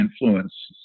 influence